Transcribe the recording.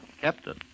Captain